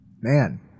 Man